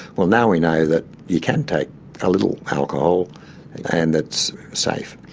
well, now we know that you can take a little alcohol and it's safe.